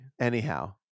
anyhow